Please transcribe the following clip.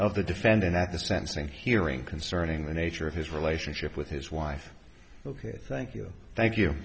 of the defendant at the sentencing hearing concerning the nature of his relationship with his wife ok thank you thank you